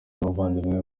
n’abavandimwe